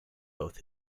both